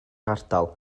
ardal